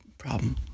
Problem